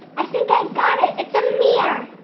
i think i got it, it's a mirror!